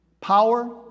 Power